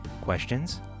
Questions